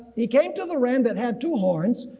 he came to the ram that had two horns,